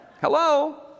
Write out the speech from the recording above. Hello